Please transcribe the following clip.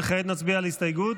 וכעת נצביע על הסתייגות,